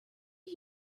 are